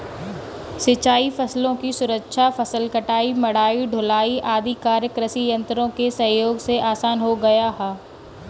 सिंचाई फसलों की सुरक्षा, फसल कटाई, मढ़ाई, ढुलाई आदि कार्य कृषि यन्त्रों के सहयोग से आसान हो गया है